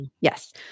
Yes